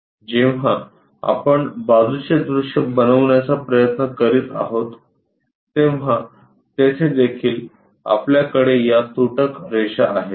जेव्हा आपण बाजूचे दृश्य बनवण्याचा प्रयत्न करीत आहोत तेव्हा तेथे देखील आपल्याकडे या तुटक रेषा आहेत